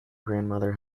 grandmother